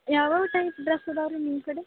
ಯಾವ ಯಾವ type dress ಅದಾವೆ ರೀ ನಿಮ್ಮ ಕಡೆ